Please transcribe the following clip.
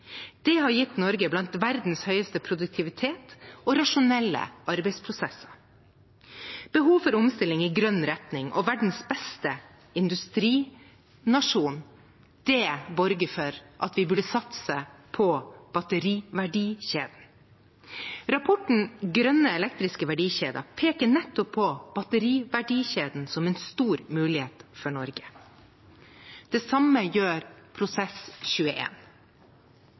Det har gjort Norge til et av landene i verden med høyest produktivitet og mest rasjonelle arbeidsprosesser. Behovet for omstilling i grønn retning – og verdens beste industrinasjon – borger for at vi burde satse på batteriverdikjeden. Rapporten «Grønne elektriske verdikjeder» peker nettopp på batteriverdikjeden som en stor mulighet for Norge. Det samme gjør Prosess